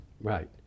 Right